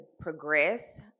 progress